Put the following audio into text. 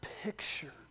picture